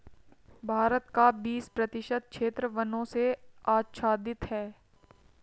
भारत का बीस प्रतिशत क्षेत्र वनों से आच्छादित है